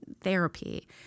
therapy